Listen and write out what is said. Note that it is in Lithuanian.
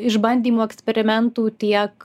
išbandymų eksperimentų tiek